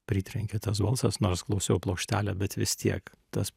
pritrenkė tas balsas nors klausiau plokštelę bet vis tiek tas